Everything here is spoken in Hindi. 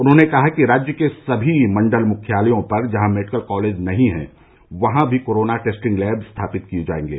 उन्होंने कहा कि राज्य के सभी मंडल मुख्यालयों पर जहां मेडिकल कॉलेज नहीं है वहां भी कोरोना टेस्टिंग लैब स्थापित किये जायेंगे